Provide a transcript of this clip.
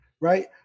Right